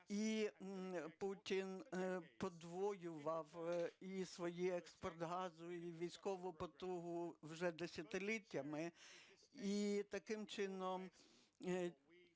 Путін подвоював і свій експорт газу, і військову потугу вже десятиліттями,